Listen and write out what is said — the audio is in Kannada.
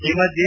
ಈ ಮಧ್ಯೆ